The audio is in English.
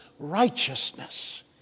righteousness